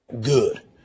Good